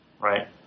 right